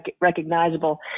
recognizable